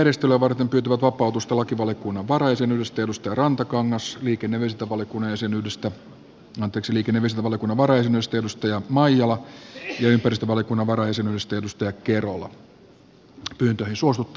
valiokuntapaikkojen järjestelyä varten pyytävät vapautusta lakivaliokunnan varajäsenyydestä antti rantakangas liikenne ja viestintävaliokunnan varajäsenyydestä eeva maria maijala ja ympäristövaliokunnan varajäsenyydestä inkeri kerola